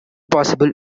possible